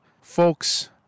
Folks